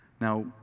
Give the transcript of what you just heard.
Now